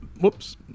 whoops